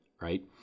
right